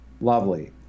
Lovely